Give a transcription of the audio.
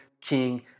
king